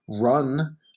run